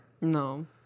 no